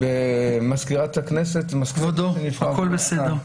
במזכירות הכנסת --- כבודו, הכל בסדר,